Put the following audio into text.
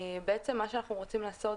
בעצם מה שאנחנו רוצים לעשות,